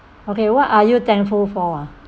okay what are you thankful for ah